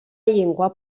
llengua